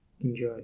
Enjoy